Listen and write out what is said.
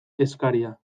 eskaria